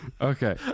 Okay